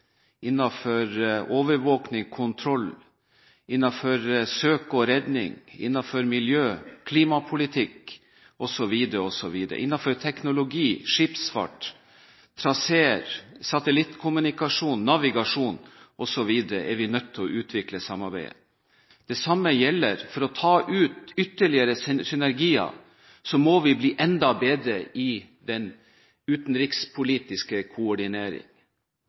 kontroll, søk og redning, miljø, klimapolitikk, teknologi, skipsfart, traseer, satellittkommunikasjon, navigasjon osv. Det samme gjelder om vi skal ta ut ytterligere synergier – da må vi bli enda bedre i den utenrikspolitiske